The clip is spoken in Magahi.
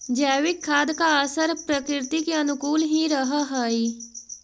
जैविक खाद का असर प्रकृति के अनुकूल ही रहअ हई